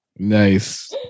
Nice